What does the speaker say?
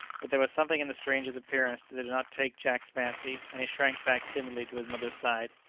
but there was something in the stranger's appearance that did not take jack's fancy, and he shrank back timidly to his mother's side.